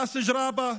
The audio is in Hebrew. ראס ג'ראבה,